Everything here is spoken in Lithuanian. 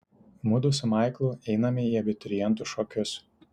mudu su maiklu einame į abiturientų šokius